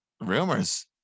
Rumors